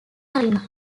carolina